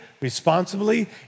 responsibly